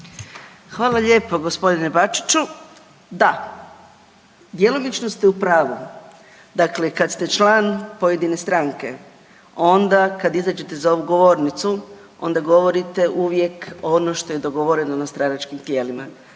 Hvala lijepo gospodine Bačiću. Da, djelomično ste u pravu, dakle kad ste član pojedine stranke onda kad izađete za ovu govornicu onda govorite uvijek ono što je dogovoreno na stranačkim tijelima.